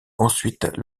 ensuite